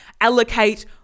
allocate